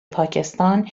پاکستان